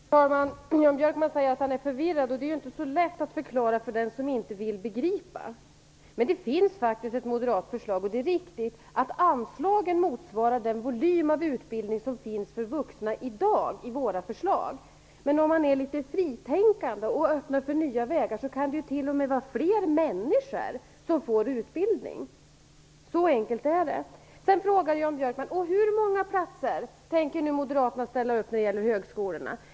Fru talman! Jan Björkman säger att han är förvirrad, och det är ju inte så lätt att förklara för den som inte vill begripa. Men det finns faktiskt ett moderat förslag. Det är riktigt att anslagen motsvarar den volym av utbildning för vuxna som ingår i våra förslag. Men om man är litet fritänkande och öppen för nya väger kan det t.o.m. bli fler människor som får utbildning. Så enkelt är det. Sedan frågade Jan Björkman: Hur många platser tänker moderaterna ställa upp på när det gäller högskolorna?